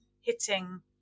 hitting